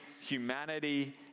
humanity